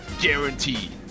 guaranteed